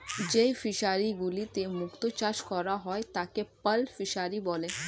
যেই ফিশারি গুলিতে মুক্ত চাষ করা হয় তাকে পার্ল ফিসারী বলে